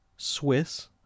Swiss